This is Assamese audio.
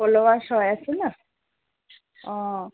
আছে ন অঁ